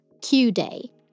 Q-Day